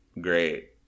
great